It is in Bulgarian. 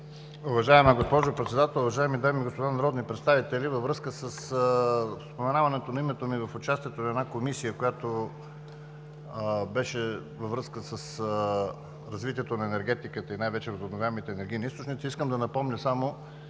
Уважаема госпожо Председател, уважаеми дами и господа народни представители! Във връзка със споменаването на името ми в участието на една комисия, която беше във връзка с развитието на енергетиката и най-вече възобновяемите енергийни източници, искам да напомня само